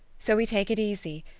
so we take it easy,